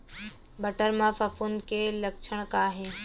बटर म फफूंद के लक्षण का हे?